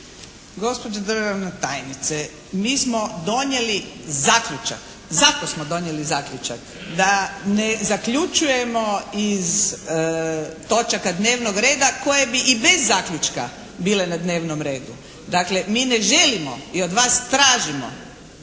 Gospođo državna tajnice mi smo donijeli zaključak, zato smo donijeli zaključak, da ne zaključujemo iz točaka dnevnog reda koje bi i bez zaključka bile na dnevnom redu. Dakle, mi ne želimo i od vas tražimo